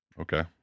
Okay